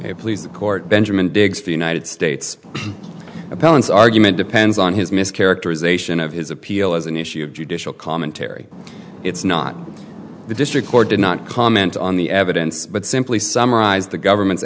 please the court benjamin diggs of united states appellant's argument depends on his mis characterization of his appeal as an issue of judicial commentary it's not the district court did not comment on the evidence but simply summarized the government's